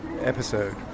episode